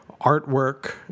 Artwork